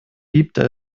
gibt